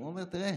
אומר: תראה,